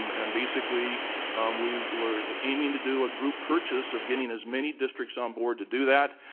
um and basically we were aiming to do a group purchase of getting as many districts onboard to do that.